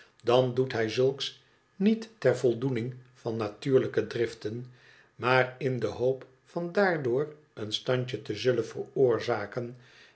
dan doet bij zulks niet ter voldoening van natuurlijke driften maar in de hoop van daardoor een standje te zullen veroorzaken